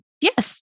Yes